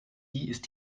ist